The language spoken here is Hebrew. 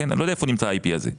אני לא יודע איפה נמצא ה-IP הזה,